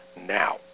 now